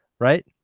right